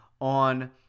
on